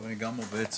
עובד סוציאלי,